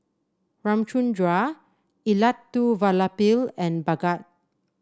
Ramchundra Elattuvalapil and Bhagat